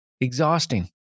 exhausting